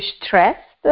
stressed